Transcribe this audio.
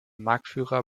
marktführer